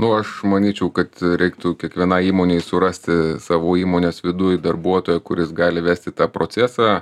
nu aš manyčiau kad reiktų kiekvienai įmonei surasti savo įmonės viduj darbuotoją kuris gali vesti tą procesą